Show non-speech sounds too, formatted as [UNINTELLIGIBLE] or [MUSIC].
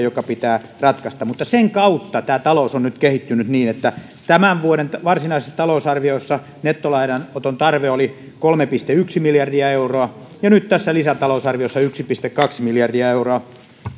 [UNINTELLIGIBLE] joka pitää ratkaista mutta sen kautta talous on kehittynyt niin että tämän vuoden varsinaisessa talousarviossa nettolainanoton tarve oli kolme pilkku yksi miljardia euroa ja nyt tässä lisätalousarviossa yksi pilkku kaksi miljardia euroa